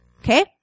Okay